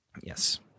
Yes